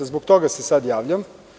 Zbog toga se sad javljam.